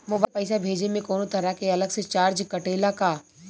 Mobile से पैसा भेजे मे कौनों तरह के अलग से चार्ज कटेला का?